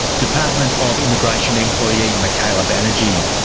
department of immigration employee michaela banerji.